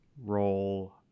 role